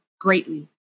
greatly